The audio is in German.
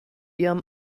ihrem